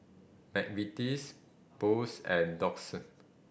McVitie's Boost and Doux